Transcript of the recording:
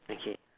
okay